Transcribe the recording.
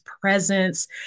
presence